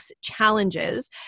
challenges